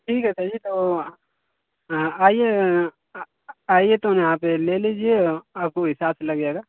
ठीक है कहिए तो आइए आइए तो यहाँ पर ले लीजिए आपको हिसाब से लग जाएगा